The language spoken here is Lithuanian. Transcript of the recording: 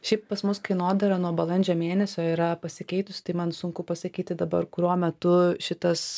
šiaip pas mus kainodara nuo balandžio mėnesio yra pasikeitusi tai man sunku pasakyti dabar kuriuo metu šitas